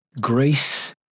grace